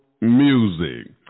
music